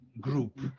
group